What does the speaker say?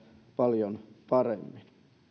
paljon paremmin